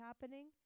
happening